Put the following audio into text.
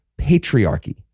patriarchy